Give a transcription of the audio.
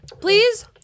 Please